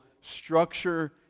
structure